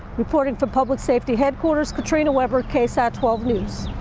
reporting for public safety headquarters katrina webber ksat twelve news.